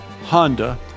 Honda